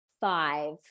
five